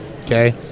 okay